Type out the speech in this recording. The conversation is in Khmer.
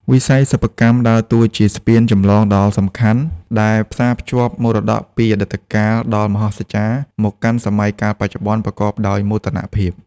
វិស័យសិប្បកម្មដើរតួជាស្ពានចម្លងដ៏សំខាន់ ដែលផ្សារភ្ជាប់មរតកពីអតីតកាលដ៏មហស្ចារ្យ មកកាន់សម័យកាលបច្ចុប្បន្នប្រកបដោយមោទនភាព។